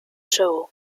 shao